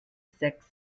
sechs